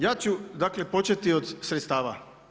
Ja ću dakle početi od sredstava.